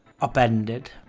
upended